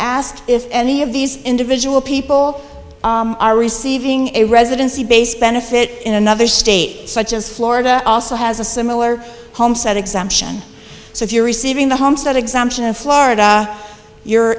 ask if any of these individual people are receiving a residency based benefit in another state such as florida also has a similar homestead exemption so if you're receiving the homestead exemption in florida you're